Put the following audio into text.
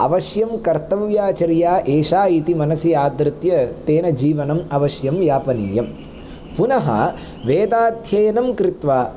अवश्यं कर्तव्या चर्या एषा इति मनसि आधृत्य तेन जीवनम् अवश्यं यापनीयं पुनः वेदाध्ययनं कृत्वा